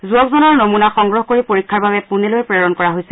যুৱকজনৰ নমুনা সংগ্ৰহ কৰি পৰীক্ষাৰ বাবে পুনেলৈ প্ৰেৰণ কৰা হৈছে